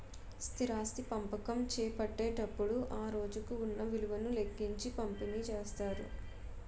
స్థిరాస్తి పంపకం చేపట్టేటప్పుడు ఆ రోజుకు ఉన్న విలువను లెక్కించి పంపిణీ చేస్తారు